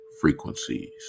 frequencies